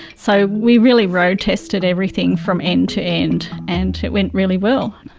so we really road-tested everything from end to end, and it went really well.